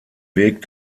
weg